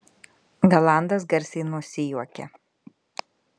galandas garsiai nusijuokė